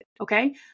Okay